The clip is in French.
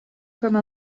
comme